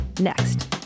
next